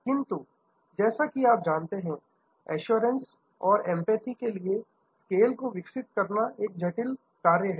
किंतु जैसा आप जानते हैंएश्योरेंस और एंपैथी के लिए स्केल को विकसित करना एक जटिल कार्य है